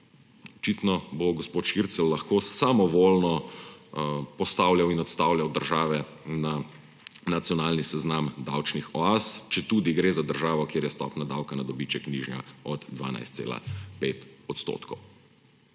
Očitno bo gospod Šircelj lahko samovoljno postavljal in odstavljal države na nacionalni seznam davčnih oaz, četudi gre za državo, kjer je stopnja davka na dobiček nižja od 12,5 %.